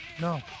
No